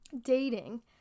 dating